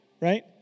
Right